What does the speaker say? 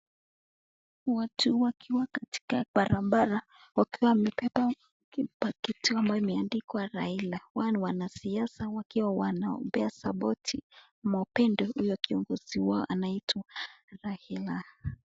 Watu wakiwa katika barabara wakiwa wakipepa kitu imeandikwa Raila wao ni wanasiasa wakiwa wanapea sapoti ama upendo huyo kiongizi wao anaitwa Raila.